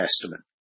Testament